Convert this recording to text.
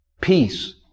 peace